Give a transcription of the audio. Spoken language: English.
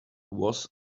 was